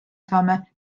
saame